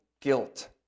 guilt